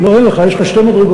לא, אין לך, יש לך שתי מדרגות.